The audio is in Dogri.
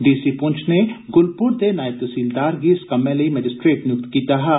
डीसी पुंछ नै गुलपुर दे नायब तैह्सीलदार गी इस कम्मै लेई मैजिस्ट्रेट नियुक्त कीता हा